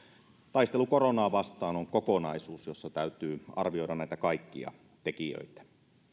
taistelu koronaa vastaan on kokonaisuus jossa täytyy arvioida näitä kaikkia tekijöitä